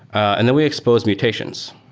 and then we expose mutations.